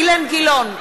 אילן גילאון,